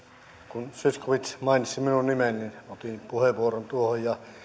kun zyskowicz mainitsi minun nimeni niin otin puheenvuoron